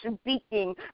speaking